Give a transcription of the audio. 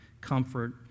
comfort